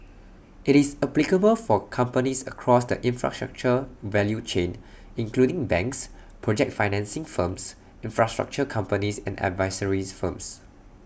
IT is applicable for companies across the infrastructure value chain including banks project financing firms infrastructure companies and advisory firms